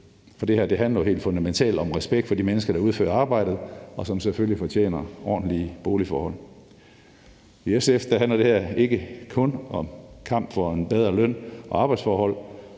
for det her handler jo helt fundamentalt om respekt for de mennesker, der udfører arbejdet, og som selvfølgelig fortjener ordentlige boligforhold. For SF handler det her ikke kun om kamp for en bedre løn og arbejdsforhold.